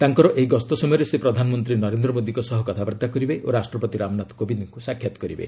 ତାଙ୍କର ଏହି ଗସ୍ତ ସମୟରେ ସେ ପ୍ରଧାନମନ୍ତ୍ରୀ ନରେନ୍ଦ୍ର ମୋଦୀଙ୍କ ସହ କଥାବାର୍ତ୍ତା କରିବେ ଓ ରାଷ୍ଟ୍ରପତି ରାମନାଥ କୋବିନ୍ଦଙ୍କୁ ସାକ୍ଷାତ କରିବେ